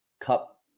Cup